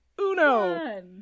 uno